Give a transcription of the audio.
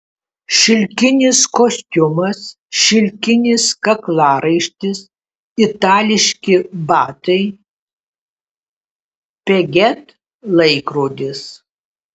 šilkinis kostiumas šilkinis kaklaraištis itališki batai piaget laikrodis